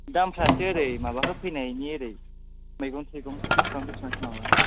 दामफ्रा एसे ओरै होफैनायनि ओरै मैगं थाइगं बेसेबां बेसेबां माबागोन